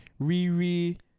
Riri